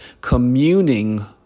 communing